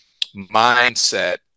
mindset